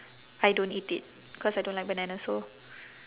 I don't eat it cause I don't like bananas so